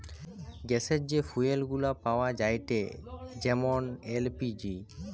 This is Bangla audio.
গ্যাসের যে ফুয়েল গুলা পাওয়া যায়েটে যেমন এল.পি.জি